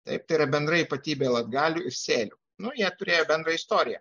taip yra bendra ypatybė latgalių ir sėlių nu jie turėjo bendrą istoriją